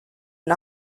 and